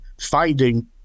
finding